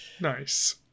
Nice